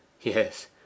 Yes